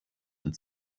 und